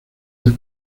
del